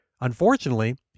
Unfortunately